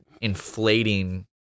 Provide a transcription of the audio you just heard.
inflating